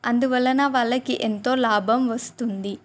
అందువలన వాళ్ళకి ఎంతో లాభం వస్తుంది